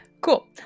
Cool